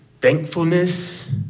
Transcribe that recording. thankfulness